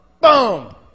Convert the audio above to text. boom